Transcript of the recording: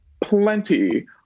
plenty